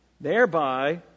thereby